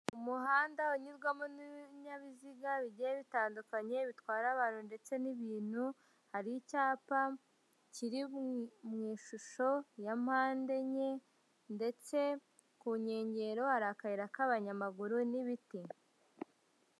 Umuhanda unyurwamo n'ibinyabiziga bigiye bitandukanye bitwara abantu ndetse n'ibintu, hari icyapa kiri mu ishusho ya mpande enye ndetse ku nkengero hari akayira k'abanyamaguru n'ibiti.